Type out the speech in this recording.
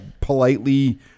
politely